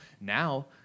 Now